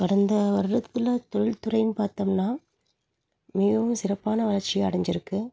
கடந்த வருடத்தில் தொழில் துறையினு பார்த்தோம்னா மிகவும் சிறப்பான வளர்ச்சியை அடைஞ்சிருக்கு